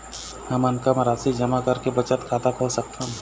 हमन कम राशि जमा करके बचत खाता खोल सकथन?